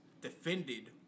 defended